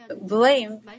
blame